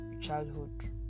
childhood